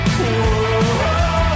Whoa